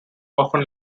often